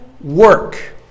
work